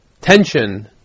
tension